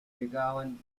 llegaban